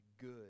good